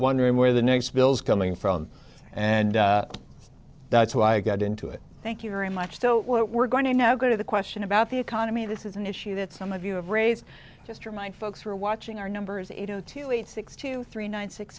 wondering where the next bills coming from and that's why i got into it thank you very much so what we're going to now go to the question about the economy this is an issue that some of you have raised just remind folks who are watching our numbers eight zero two eight six two three nine six